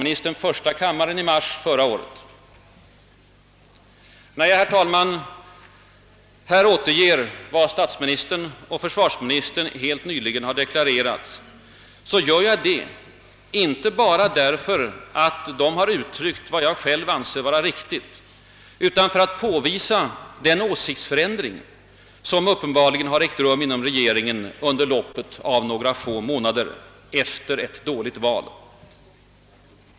När jag, herr talman, återger vad statsministern och försvarsministern helt nyligen har deklarerat, gör jag detta inte bara för att de har uttryckt vad jag själv anser vara riktigt utan för att påvisa den åsiktsförändring, som uppenbarligen har ägt rum inom regeringen inom loppet av några få månader efter ett dåligt val.